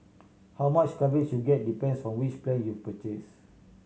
how much coverage you get depends on which plan you've purchased